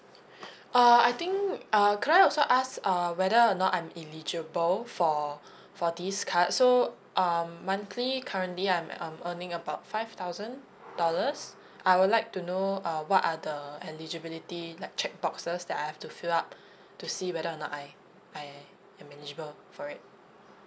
uh I think err could I also ask uh whether or not I'm eligible for for this card so um monthly currently I'm um earning about five thousand dollars I would like to know uh what are the eligibility like check boxes that I have to fill up to see whether or not I I am eligible for it